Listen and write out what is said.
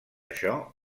això